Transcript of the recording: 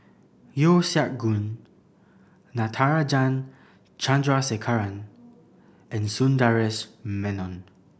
Yeo Siak Goon Natarajan Chandrasekaran and Sundaresh Menon